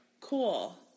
cool